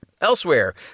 Elsewhere